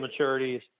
maturities